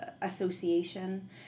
association